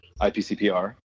IPCPR